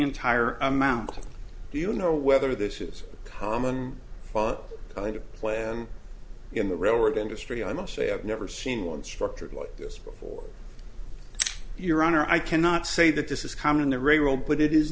entire amount you know whether this is a common thing to play and in the railroad industry i must say i've never seen one structured like this before your honor i cannot say that this is common in the railroad but it is